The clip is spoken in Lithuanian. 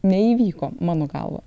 neįvyko mano galva